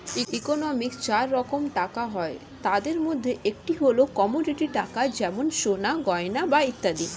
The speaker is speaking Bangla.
ইকোনমিক্সে চার রকম টাকা হয়, তাদের মধ্যে একটি হল কমোডিটি টাকা যেমন সোনার গয়না বা ইত্যাদি